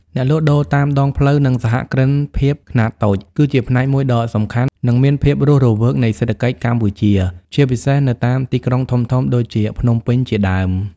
អ្នកលក់ដូរតាមដងផ្លូវ និងសហគ្រិនភាពខ្នាតតូច គឺជាផ្នែកមួយដ៏សំខាន់ និងមានភាពរស់រវើកនៃសេដ្ឋកិច្ចកម្ពុជា ជាពិសេសនៅតាមទីក្រុងធំៗដូចជាភ្នំពេញជាដើម ។